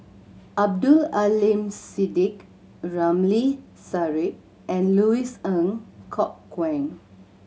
Abdul Aleem Siddique Ramli Sarip and Louis Ng Kok Kwang